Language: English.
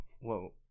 Whoa